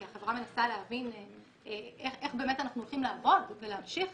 כי החברה מנסה להבין איך באמת אנחנו הולכים לעבוד ולהמשיך